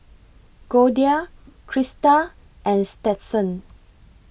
Goldia Christa and Stetson